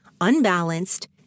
unbalanced